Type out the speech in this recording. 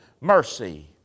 mercy